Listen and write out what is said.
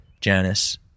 Janice